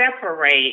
separate